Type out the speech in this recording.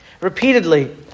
Repeatedly